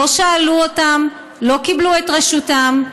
לא שאלו אותם, לא קיבלו את רשותם,